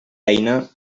eina